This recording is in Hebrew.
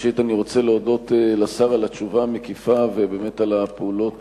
ראשית אני רוצה להודות לשר על התשובה המקיפה ובאמת על הפעולות